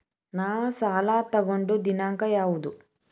ನಾ ಸಾಲ ತಗೊಂಡು ದಿನಾಂಕ ಯಾವುದು?